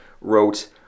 wrote